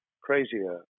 crazier